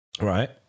Right